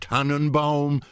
Tannenbaum